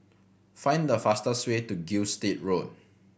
find the fastest way to Gilstead Road